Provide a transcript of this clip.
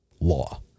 law